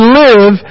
live